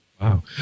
Wow